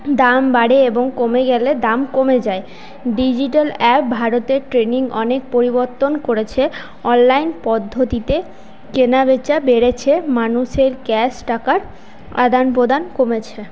দাম বাড়ে এবং কমে গেলে দাম কমে যায় ডিজিটাল অ্যাপ ভারতের ট্রেনিং অনেক পরিবর্তন করেছে অনলাইন পদ্ধতিতে কেনাবেচা বেড়েছে মানুষের ক্যাশ টাকার আদান প্রদান কমেছে